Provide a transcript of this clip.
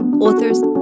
authors